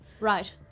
Right